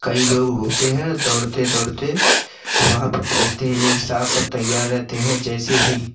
कई लोग होते हैं दौड़ते दौड़ते वहाँ पर बैठते हैं एक साथ सब तैयार रहते हैं जैसे ही